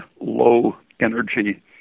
low-energy